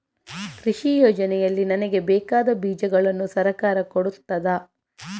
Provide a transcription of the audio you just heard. ಕೃಷಿ ಯೋಜನೆಯಲ್ಲಿ ನನಗೆ ಬೇಕಾದ ಬೀಜಗಳನ್ನು ಸರಕಾರ ಕೊಡುತ್ತದಾ?